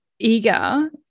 eager